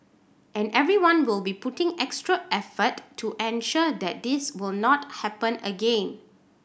and everyone will be putting extra effort to ensure that this will not happen again